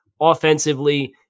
offensively